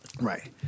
Right